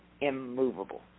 immovable